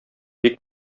бик